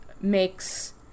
makes